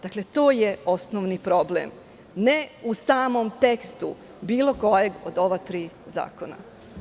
Dakle, to je osnovni problem, ne u samom tekstu bilo kojeg od ova tri zakona.